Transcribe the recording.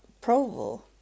Provo